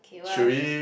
Kay what else